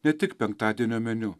ne tik penktadienio meniu